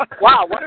Wow